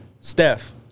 Steph